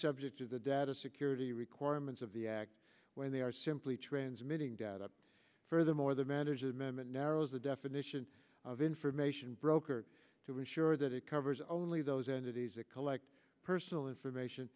subject to the data security requirements of the act when they are simply transmitting data furthermore the management narrows the definition of information broker to ensure that it covers only those entities that collect personal information